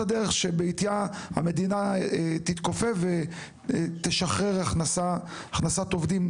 הדרך שבעטיה המדינה תתכופף ותשחרר הכנסת עובדים,